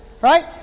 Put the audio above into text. right